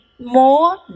more